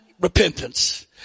repentance